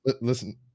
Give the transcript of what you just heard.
Listen